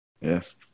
Yes